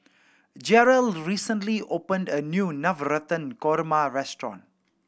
Jerel recently opened a new Navratan Korma restaurant